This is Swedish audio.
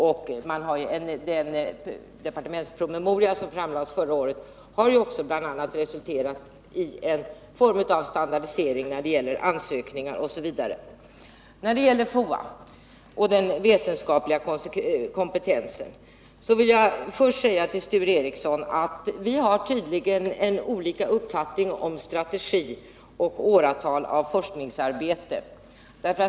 Den departementspromemoria som framlades förra året har också resulterat bl.a. i en form av standardisering av ansökningar. Vad beträffar FOA och den vetenskapliga kompetensen vill jag först säga till Sture Ericson att vi har tydligen olika uppfattning om strategi och åratal av forskningsarbete.